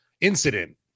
incident